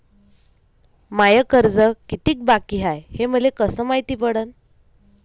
माय कर्ज कितीक बाकी हाय, हे मले कस मायती पडन?